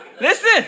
listen